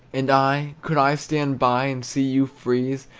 and i, could i stand by and see you freeze,